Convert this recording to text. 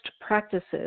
practices